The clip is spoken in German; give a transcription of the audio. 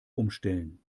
umstellen